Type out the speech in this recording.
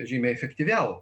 žymiai efektyviau